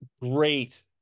great